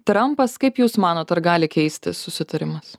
trampas kaip jūs manot ar gali keistis susitarimas